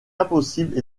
impossible